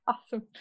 Awesome